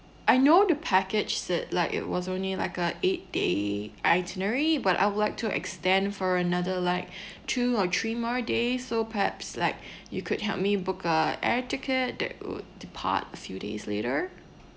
I know the package said like it was only like a eight day itinerary but I would like to extend for another like two or three more days so perhaps like you could help me book a air ticket that would depart few days later